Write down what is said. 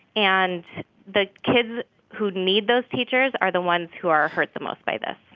and the kids who need those teachers are the ones who are hurt the most by this.